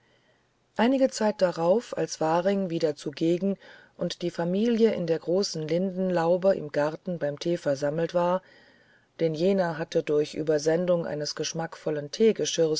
einige zeit darauf als waring wieder zugegen und die familie in der großen lindenlaube im garten beim tee versammelt war denn jener hatte durch übersendung eines geschmackvollen